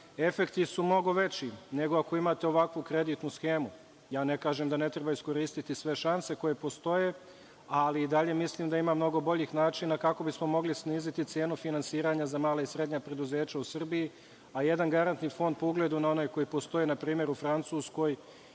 efekti su mnogo veći nego ako imate ovakvu kreditnu šemu. Ja ne kažem da ne treba iskoristiti sve šanse koje postoje, ali i dalje mislim da ima mnogo boljih načina kako bismo mogli sniziti cenu finansiranja za mala i srednja preduzeća u Srbiji, a jedan garantni fond, po ugledu na one koji postoje npr. u Francuskoj